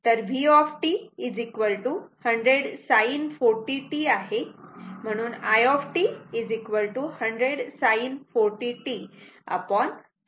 तर v 100 sin 40 t आहे म्हणून i 100 sin 40 t 14